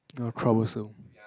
ya troublesome